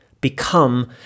become